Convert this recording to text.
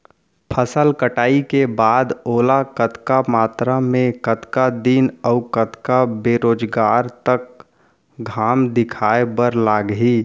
फसल कटाई के बाद ओला कतका मात्रा मे, कतका दिन अऊ कतका बेरोजगार तक घाम दिखाए बर लागही?